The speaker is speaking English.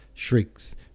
shrieks